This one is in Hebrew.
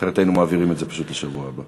אחרת היינו מעבירים את זה לשבוע הבא.